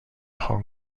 hong